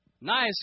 nice